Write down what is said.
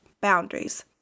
boundaries